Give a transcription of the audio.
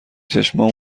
چشمام